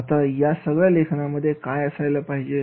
आता या सगळ्या लेखनामध्ये काय असायला पाहिजे